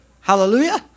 hallelujah